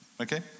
Okay